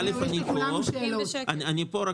ראשית, אני פה.